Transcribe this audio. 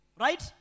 right